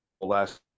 last